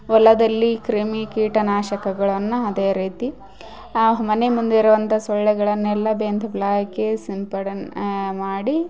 ಹೊಲದಲ್ಲಿ ಕ್ರಿಮಿ ಕೀಟ ನಾಶಕಗಳನ್ನ ಅದೇ ರೀತಿ ಮನೆ ಮುಂದೆ ಇರುವಂಥ ಸೊಳ್ಳೆಗಳನ್ನೆಲ್ಲ ಬೇವ್ನ ತಪ್ಪಲ ಹಾಕಿ ಸಿಂಪಡನ್ ಮಾಡಿ